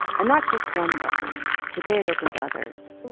and not just one bubble the day had opened others.